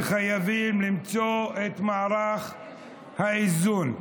וחייבים למצוא את מערך האיזון.